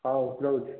ହଉ ରହୁଛି